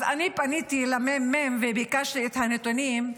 אז אני פניתי לממ"מ וביקשתי את הנתונים,